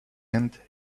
end